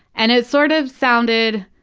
and it sort of sounded,